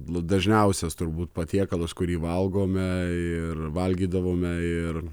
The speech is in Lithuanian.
blu dažniausias turbūt patiekalas kurį valgome ir valgydavome ir